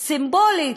סימבולית,